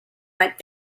went